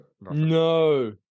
No